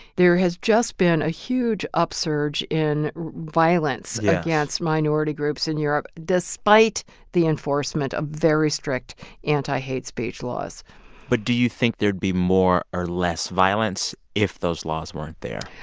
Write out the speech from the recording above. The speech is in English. there has just been a huge upsurge in violence against minority groups in europe despite the enforcement of very strict anti-hate speech laws but do you think there'd be more or less violence if those laws weren't there?